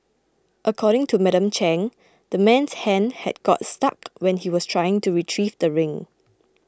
according to Madam Chang the man's hand had got stuck when he was trying to retrieve the ring